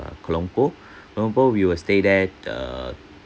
kuala lumpur kuala lumpur we will stay that err